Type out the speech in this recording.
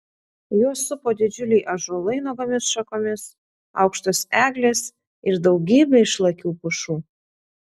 juos supo didžiuliai ąžuolai nuogomis šakomis aukštos eglės ir daugybė išlakių pušų